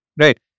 Right